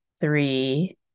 three